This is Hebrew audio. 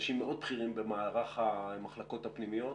אנשים בכירים מאוד במערך המחלקות הפנימיות,